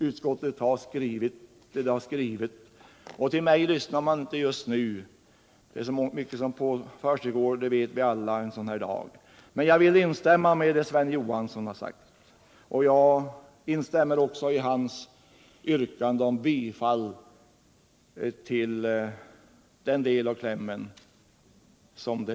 Utskottet har skrivit som det har skrivit, och till mig lyssnar man inte just nu. Det är så mycket som försiggår — det vet vi alla — en sådan här dag. Jag instämmer i vad Sven Johansson har sagt och även i hans yrkande.